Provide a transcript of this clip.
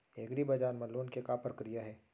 एग्रीबजार मा लोन के का प्रक्रिया हे?